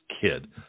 kid